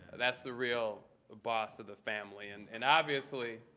that's the real boss of the family. and and obviously,